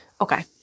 Okay